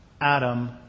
Adam